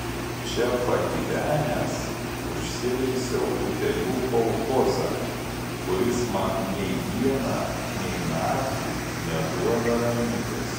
čia pagyvenęs užsiveisiau utėlių kolchozą kuris man nei dieną nei naktį neduoda ramybės